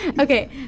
Okay